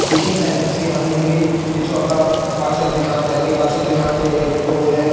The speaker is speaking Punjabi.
ਟਿਊਸ਼ਨ ਸੈਂਟਰਸ ਵੀ ਹਨ ਮੀਨਿੰਗ ਕਿ ਜਿੱਥੋਂ ਆਪਾਂ ਪੜ੍ਹ ਸਕਦੇ ਹਾਂ ਅਤੇ ਅੱਗੇ ਵੱਧ ਸਕਦੇ ਹਾਂ ਅਤੇ ਹੋਰ